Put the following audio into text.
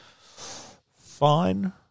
fine